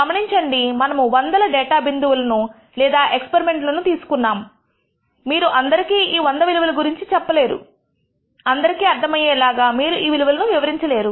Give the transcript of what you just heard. గమనించండి మనము వందల డేటా బిందువులను లేదా ఎక్స్పరిమెంట్ ను తీసుకున్నాము మీరు అందరికీ ఈ వంద విలువల గురించి చెప్పలేరు అందరికీ అర్థమయ్యేలాగ మీరు ఈ విలువలను వివరించ లేరు